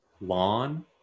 lawn